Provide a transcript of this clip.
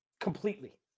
completely